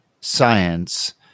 science